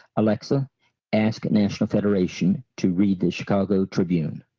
alexa ask national federation to read the chicago tribune.